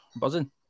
buzzing